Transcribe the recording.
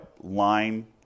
line